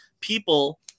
people